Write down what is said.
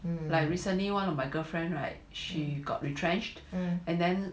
I'm like recently one of my girl friend right she got retrenched and then